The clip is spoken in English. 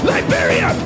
Liberia